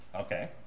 Okay